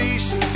East